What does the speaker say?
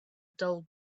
dull